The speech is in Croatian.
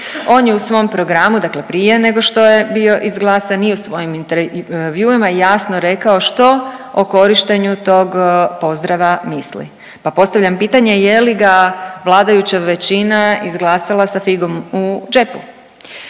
On je u svom programu, dakle prije nego što je bio izglasan i u svojim intervjuima jasno rekao što o korištenju tog pozdrava misli, pa postavljam pitanje je li ga vladajuća većina izglasala sa figom u džepu?